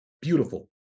beautiful